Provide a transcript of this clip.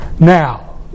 Now